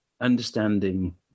understanding